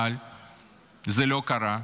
אבל זה לא קרה,